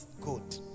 good